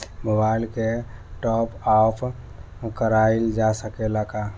Mobile के top up कराइल जा सकेला का?